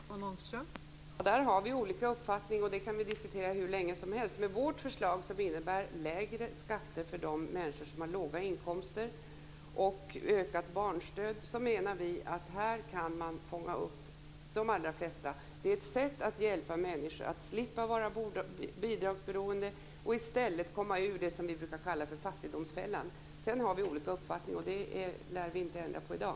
Fru talman! Där har vi olika uppfattning, och det kan vi diskutera hur länge som helst. Men vårt förslag innebär lägre skatter och ökat barnstöd för de människor som har låga inkomster. Här kan man fånga upp de allra flesta. Det är ett sätt att hjälpa människor att slippa vara bidragsberoende och i stället komma ur det som vi brukar kalla för fattigdomsfällan. Sedan har vi olika uppfattning, och det lär vi inte kunna ändra på i dag.